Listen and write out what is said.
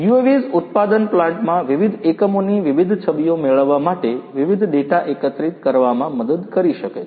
UAVs ઉત્પાદન પ્લાન્ટમાં વિવિધ એકમોની વિવિધ છબીઓ મેળવવા માટે વિવિધ ડેટા એકત્રિત કરવામાં મદદ કરી શકે છે